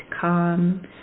calm